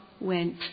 went